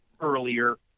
earlier